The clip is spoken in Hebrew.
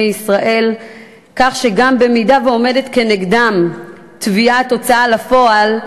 ישראל כך שגם אם עומדת כנגדם תביעת הוצאה לפועל,